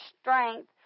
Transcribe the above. strength